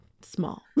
small